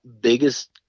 biggest